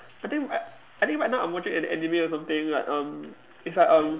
I think I I think right now I'm watching an anime or something like um it's like um